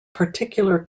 particular